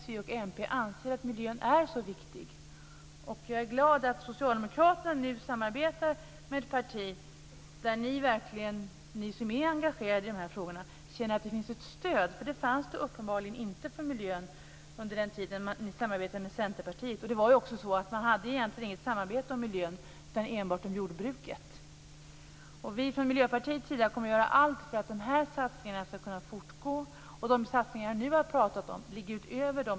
Jag är glad över att Socialdemokraterna nu samarbetar med ett parti där de som verkligen är engagerade i de här frågorna känner att det finns ett stöd. Uppenbarligen fanns inte det stödet för miljön under tiden för samarbetet med Centerpartiet. Egentligen var det inget samarbete kring miljön utan enbart kring jordbruket. Men vi i Miljöpartiet kommer att göra allt för att de här satsningarna ska kunna fortgå.